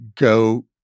go